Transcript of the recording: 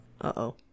Uh-oh